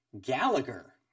Gallagher